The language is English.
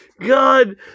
God